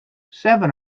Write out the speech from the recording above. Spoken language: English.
seven